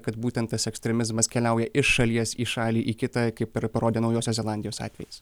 kad būtent tas ekstremizmas keliauja iš šalies į šalį į kitą kaip ir parodė naujosios zelandijos atvejis